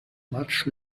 much